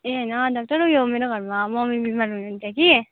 ए होइन डक्टर उयो मेरो घरमा मम्मी बिमार हुनुहुन्छ कि